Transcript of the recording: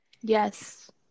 yes